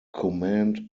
command